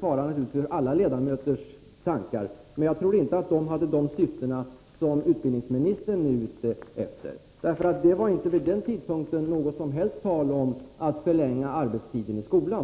för alla utbildningsutskottets ledamöters tankar, men jag tror inte att de uttalandena hade det syfte som utbildningsministern nu gör gällande. Det var vid den tidpunkten inte något tal om att förlänga arbetstiden i skolan.